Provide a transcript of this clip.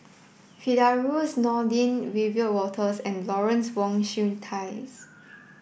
Firdaus Nordin Wiebe Wolters and Lawrence Wong Shyun Tsai